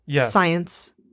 science